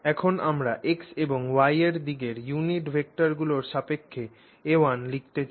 এখন আমরা X এবং Y দিকের ইউনিট ভেক্টরগুলির সাপেক্ষে a1 লিখতে চাই